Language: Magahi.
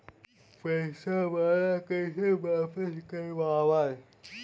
पैसा बाला कैसे बापस करबय?